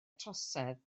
trosedd